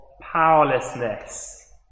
powerlessness